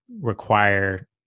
require